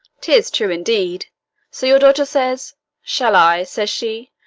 tis true, indeed so your daughter says shall i says she,